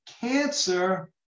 cancer